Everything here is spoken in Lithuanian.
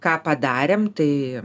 ką padarėm tai